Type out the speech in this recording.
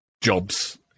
jobs